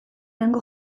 hango